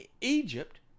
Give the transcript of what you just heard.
Egypt